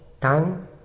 tongue